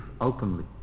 openly